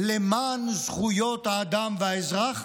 למען זכויות האדם והאזרח,